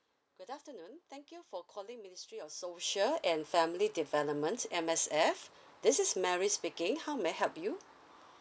good afternoon thank you for calling ministry of social and family development M_S_F this is mary speaking how may I help you